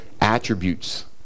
attributes